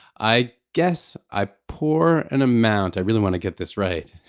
i guess i pour an amount. i really want to get this right.